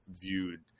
viewed